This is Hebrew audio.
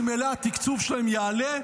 ממילא התקציב שלהם יעלה,